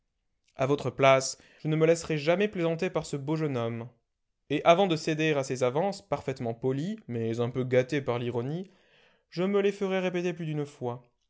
a votre place je ne me laisserais jamais plaisanter par ce beau jeune homme et avant de céder à ses avances parfaitement polies mais un peu gâtées par l'ironie je me les ferais répéter plus d'une fois